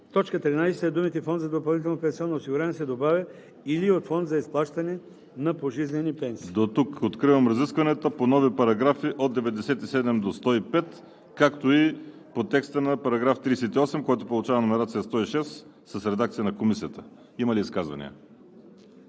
В т. 13 след думите „фонд за допълнително пенсионно осигуряване“ се добавя „или от фонд за изплащане на пожизнени пенсии“.“ ПРЕДСЕДАТЕЛ ВАЛЕРИ СИМЕОНОВ: Откривам разискванията по нови параграфи от 87 до 105, както и по текста на § 38, който получава номерация 106 с редакция на Комисията. Има ли изказвания?